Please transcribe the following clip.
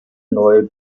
neu